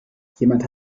jemand